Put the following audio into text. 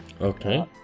okay